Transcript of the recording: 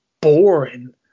boring